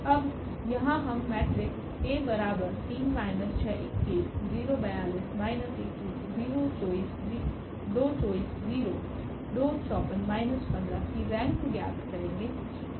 अब यहाँ हम मेट्रिक्स की रेंक ज्ञात करेगे